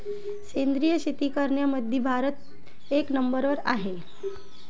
सेंद्रिय शेती करनाऱ्याईमंधी भारत एक नंबरवर हाय